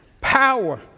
power